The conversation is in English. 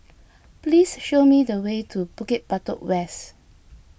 please show me the way to Bukit Batok West